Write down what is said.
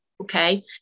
Okay